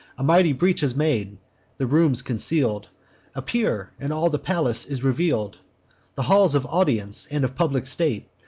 a mighty breach is made the rooms conceal'd appear, and all the palace is reveal'd the halls of audience, and of public state,